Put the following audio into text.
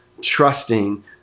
trusting